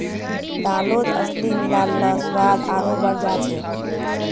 दालत अलसी मिला ल स्वाद आरोह बढ़ जा छेक